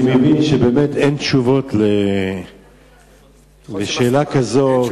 אני מבין שבאמת אין תשובות על שאלה כזאת,